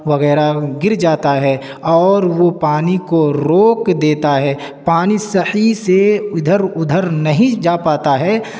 وغیرہ گر جاتا ہے اور وہ پانی کو روک دیتا ہے پانی صحیح سے ادھر ادھر نہیں جا پاتا ہے